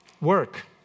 work